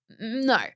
No